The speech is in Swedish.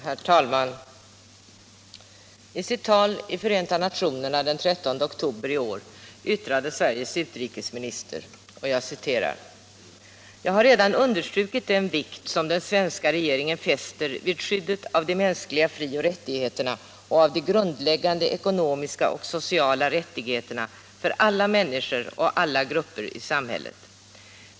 Herr talman! I sitt tal i Förenta nationerna den 13 oktober i år yttrade Sveriges utrikesminister: ”Jag har redan understrukit den vikt som den svenska regeringen fäster vid skyddet av de mänskliga fri och rättigheterna och av de grundläggande ekonomiska och sociala rättigheterna för alla människor och alla grupper i samhället.